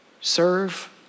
Serve